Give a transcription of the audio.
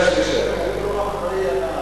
הוא לא אחראי,